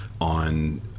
on